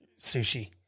Sushi